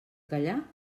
callar